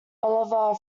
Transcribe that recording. oliver